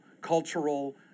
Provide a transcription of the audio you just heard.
cultural